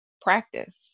practice